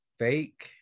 fake